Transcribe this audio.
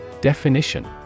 Definition